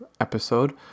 episode